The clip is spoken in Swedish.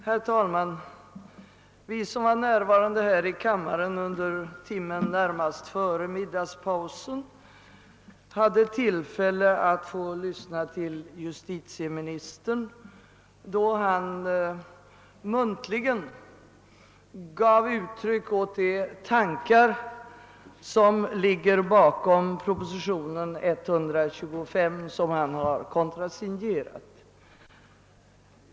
Herr talman! Vi som var närvarande här i kammaren under timmen närmast före middagspausen hade tillfälle att lyssna till justitieministern då han muntligen gav uttryck åt de tankar som ligger bakom propositionen 125, som han har kontrasignerat.